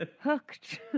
hooked